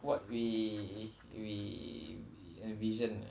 what we we we envision